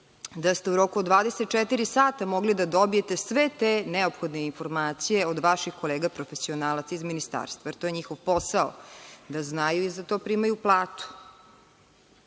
da ste u roku od 24 sata mogli da dobijete sve te neophodne informacije od vaših kolega profesionalaca iz Ministarstva, jer, to je njihov posao da znaju i za to primaju